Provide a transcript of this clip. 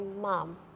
mom